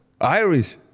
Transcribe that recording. Irish